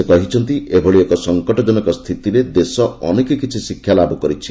ସେ କହିଛନ୍ତି ଏଭଳି ଏକ ସଙ୍କଟଜନକ ସ୍ଥିତିରେ ଦେଶ ଅନେକ କିଛି ଶିକ୍ଷାଲାଭ କରିଛି